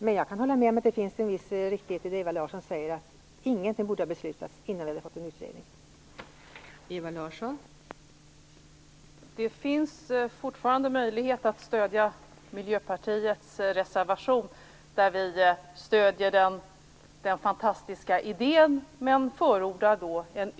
Men jag kan hålla med om att det finns en viss riktighet i det Ewa Larsson säger - ingenting borde ha beslutats innan en utredning hade gjorts.